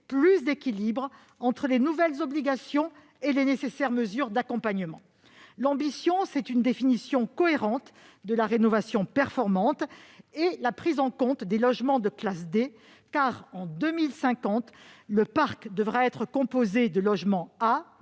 plus d'équilibre entre les nouvelles obligations et les nécessaires mesures d'accompagnement. L'ambition, c'est une définition cohérente de la rénovation performante et la prise en compte des logements de classe D. En effet, en 2050, le parc devrait être composé de logements de